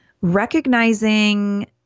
recognizing